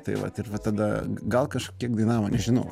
tai vat ir va tada gal kažkiek dainavo nežinau